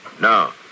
No